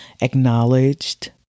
acknowledged